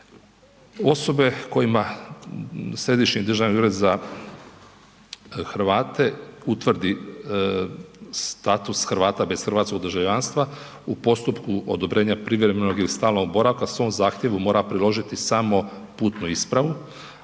Osobe kojima Središnji državni ured za Hrvate utvrdi status Hrvata bez hrvatskog državljanstva u postupku odobrenja privremenog ili stalnog boravka u svom zahtjevu mora priložiti samo putnu ispravu,